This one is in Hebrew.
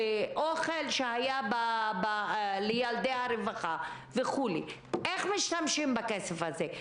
האוכל שהיה לילדי הרווחה וכו' - איך משתמשים בכסף הזה?